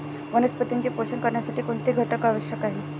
वनस्पतींचे पोषण करण्यासाठी कोणते घटक आवश्यक आहेत?